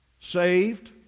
saved